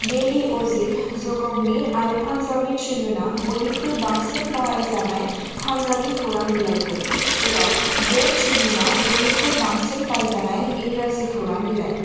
daily Ajit Jagbani आरो Punjabi Tribune बयनिख्रुइ बांसिन बाहायजानाय पान्जाबी खौरां बिलाइफोर जेराव द ट्रिब्युना बयनिख्रुइ बांसिन बायजानाय इंराजि खौरां बिलाइ